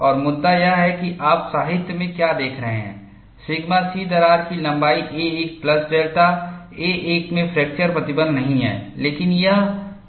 और मुद्दा यह है कि आप साहित्य में क्या देख रहे हैं सिग्मा C दरार की लंबाई a1 प्लस डेल्टा a1 में फ्रैक्चर प्रतिबल नहीं है लेकिन यह a1 के लिए है